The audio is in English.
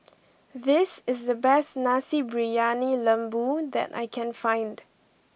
this is the best Nasi Briyani Lembu that I can find